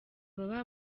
baba